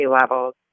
levels